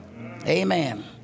Amen